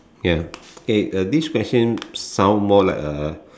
ya okay uh this question sound more like a